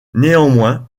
néanmoins